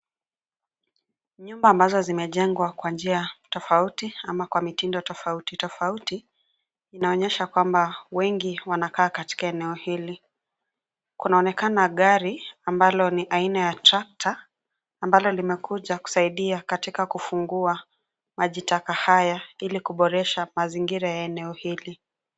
Nyumba ambazo zimejengwa kwa njia tofauti ama kwa mitindo tofauti tofauti, inaonyesha kwamba wengi wanakaa katika eneo hili. Kunaonekana gari, ambalo ni aina ya trakta, ambalo limekuja kusaidia katika kufungua, maji taka haya ilikuboresha mazingira ya eneo hili.